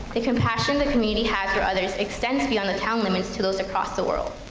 the compassion the community has for others extends beyond the town limits to those across the world.